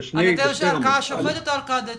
זה שני --- אדוני, ערכאה שופטת, או ערכאה דתית?